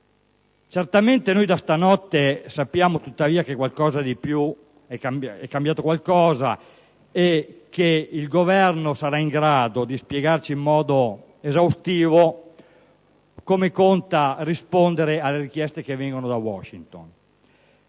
Certamente da stanotte sappiamo che qualcosa è cambiato e che il Governo sarà in grado di spiegarci in modo esaustivo come conta di rispondere alle richieste che provengono da Washington.